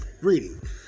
reading